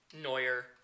Neuer